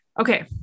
Okay